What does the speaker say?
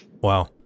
Wow